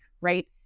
right